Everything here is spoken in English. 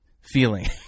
feeling